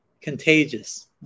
contagious